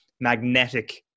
magnetic